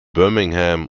birmingham